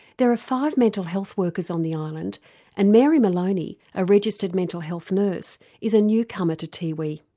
there are five mental health workers on the island and mary maloney, a registered mental health nurse is a newcomer to tiwi.